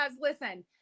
listen